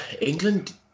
England